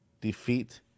defeat